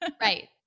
Right